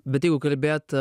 bet jeigu kalbėt